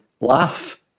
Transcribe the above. laugh